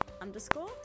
underscore